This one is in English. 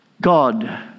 God